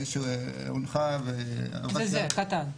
שהונחה ו --- וזה הקטן?